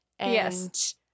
Yes